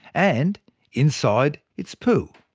and inside its poo.